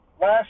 last